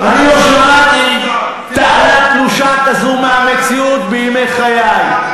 אני לא שמעתי טענה כזו תלושה מהמציאות בימי חיי.